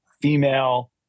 female